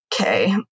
Okay